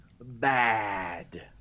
bad